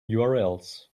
urls